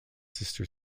sister